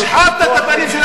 אני אשב, אבל